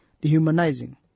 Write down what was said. dehumanizing